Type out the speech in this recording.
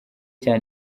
cya